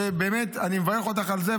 אני מברך אותך על זה,